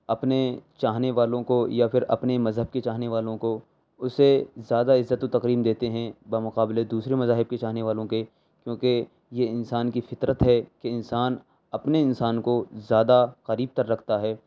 اپنے چاہنے والوں کو یا پھر اپنے مذہب کے چاہنے والوں کو اسے زیادہ عزّت و تکریم دیتے ہیں بمقابلے دوسرے مذاہب کے چاہنے والوں کے کیونکہ یہ انسان کی فطرت ہے کہ انسان اپنے انسان کو زیادہ قریب تر رکھتا ہے